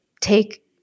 take